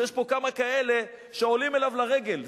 שיש פה כמה כאלה שעולים אליו לרגל,